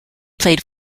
played